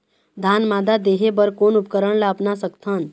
धान मादा देहे बर कोन उपकरण ला अपना सकथन?